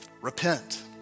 Repent